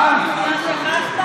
טבילה שכחת?